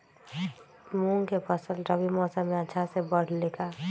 मूंग के फसल रबी मौसम में अच्छा से बढ़ ले का?